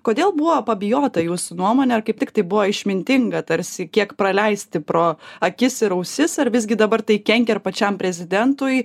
kodėl buvo pabijota jūsų nuomone ar kaip tiktai buvo išmintinga tarsi kiek praleisti pro akis ir ausis ar visgi dabar tai kenkia ir pačiam prezidentui